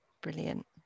Brilliant